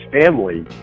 family